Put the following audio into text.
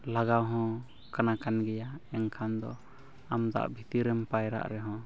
ᱞᱟᱜᱟᱣ ᱦᱚᱸ ᱠᱟᱱᱟ ᱠᱟᱱᱜᱮᱭᱟ ᱮᱱᱠᱷᱟᱱ ᱫᱚ ᱟᱢ ᱫᱟᱜ ᱵᱷᱤᱛᱤᱨᱮᱢ ᱯᱟᱭᱨᱟᱜ ᱨᱮᱦᱚᱸ